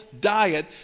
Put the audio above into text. diet